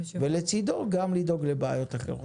ולצדו גם לדאוג לבעיות אחרות.